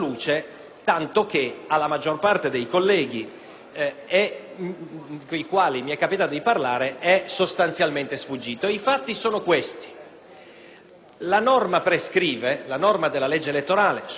i quali mi è capitato di parlare è sostanzialmente sfuggito. I fatti sono questi. La norma della legge elettorale, sulla quale peraltro sono stati sollevati dubbi di costituzionalità